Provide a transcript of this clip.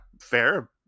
fair